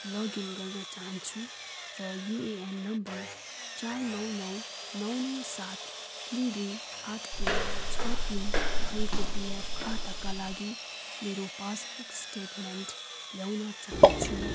login गर्न चाहन्छु र युएएन नम्बर चार नौ नौ नौ नौ सात तिन दुई आठ एक छ तिन भएको पिएफ खाताका लागि मेरो पासबुक स्टेटमेन्ट ल्याउन चाहन्छु